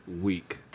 week